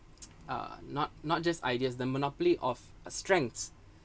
uh not not just ideas the monopoly of a strength